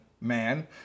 man